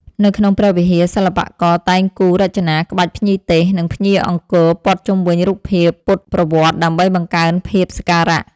នៅក្នុងព្រះវិហារ សិល្បករតែងគូររចនាក្បាច់ភ្ញីទេស និងភ្ញីអង្គរព័ទ្ធជុំវិញរូបភាពពុទ្ធប្រវត្តិដើម្បីបង្កើនភាពសក្ការៈ។